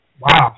Wow